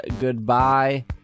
goodbye